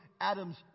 Adam's